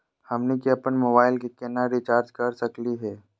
हमनी के अपन मोबाइल के केना रिचार्ज कर सकली हे?